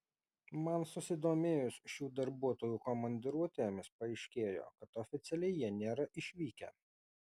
man susidomėjus šių darbuotojų komandiruotėmis paaiškėjo kad oficialiai jie nėra išvykę